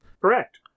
Correct